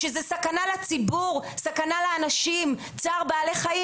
שזו סכנה לציבור, סכנה לאנשים, צער בעלי חיים?